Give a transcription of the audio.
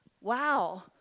Wow